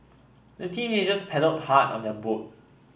the teenagers paddled hard on their boat